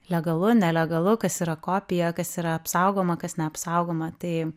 legalu nelegalu kas yra kopija kas yra apsaugoma kas neapsaugoma tai